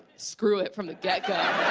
screw it from the get-go.